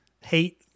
hate